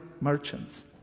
merchants